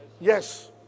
Yes